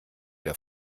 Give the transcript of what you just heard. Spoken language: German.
der